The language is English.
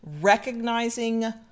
recognizing